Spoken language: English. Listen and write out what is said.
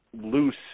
loose